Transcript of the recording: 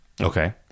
okay